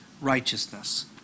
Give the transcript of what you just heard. righteousness